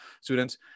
students